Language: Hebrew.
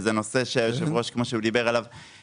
וזה נושא שהיושב ראש כמו שהוא דיבר עליו,